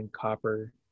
copper